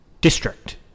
district